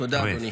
תודה, אדוני.